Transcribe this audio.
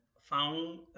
found